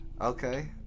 Okay